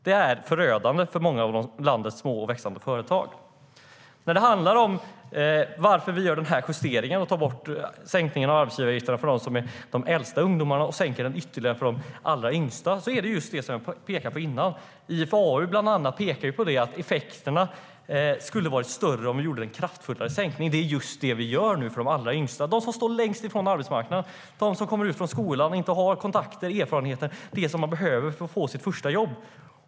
Det är förödande för många av landets små och växande företag. När det gäller varför vi gör en justering och tar bort sänkningen av arbetsgivaravgifterna för de äldsta ungdomarna och sänker den ytterligare för de yngsta vill jag framhålla det jag nämnde på tidigare. Bland andra IFAU pekar på att effekterna skulle ha varit större om vi gjorde en kraftfullare sänkning. Det är just det vi nu gör för de allra yngsta - de som står längst från arbetsmarknaden, som kommer ut från skolan och inte har de kontakter eller erfarenheter som de behöver för att få sitt första jobb.